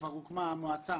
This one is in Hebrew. כבר הוקמה המועצה